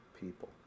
people